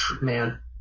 man